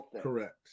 Correct